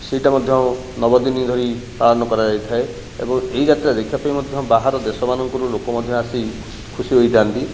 ସେଇଟା ମଧ୍ୟ ନବ ଦିନି ଧରି ପାଳନ କରାଯାଇଥାଏ ଏବଂ ଏହି ଯାତ୍ରାରେ ଦେଖିବା ପାଇଁ ମଧ୍ୟ ବାହାର ଦେଶମାନଙ୍କରୁ ଲୋକ ମଧ୍ୟ ଆସି ଖୁସି ହୋଇଥାନ୍ତି